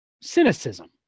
cynicism